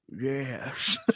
Yes